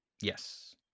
Yes